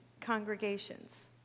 congregations